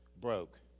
broke